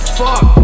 fuck